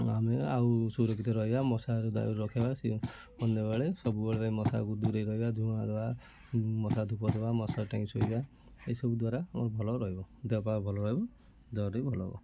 ଆମେ ଆଉ ସୁରକ୍ଷିତ ରହିବା ମଶା ଦାଉରୁ ରକ୍ଷା ପାଇବା ସନ୍ଧ୍ୟା ବେଳେ ସବୁବେଳେ ମଶା ଦୂରେଇ ରହିବା ଝୁଣା ଦେବା ମଶା ଧୂପ ଦେବା ମଶାରୀ ଟାଙ୍ଗିକି ଶୋଇବା ଏଇ ସବୁ ଦ୍ୱାରା ଭଲ ରହିବ ଦେହ ପା ଭଲ ରହିବ ଜର ବି ଭଲ ହେବ